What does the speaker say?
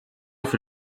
für